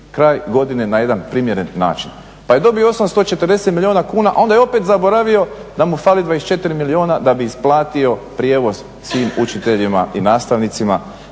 kraj godine na jedan primjeren način. Pa je dobio 840 milijuna kuna a onda je opet zaboravio da mu fali 24 milijuna da bi isplatio prijevoz svim učiteljima i nastavnicima.